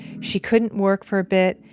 she couldn't work for a bit,